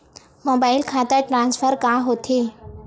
Mobile खाता transfer का होथे?